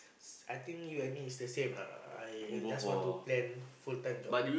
I think you and me is the same lah I just want to plan full time job